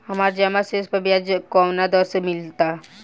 हमार जमा शेष पर ब्याज कवना दर से मिल ता?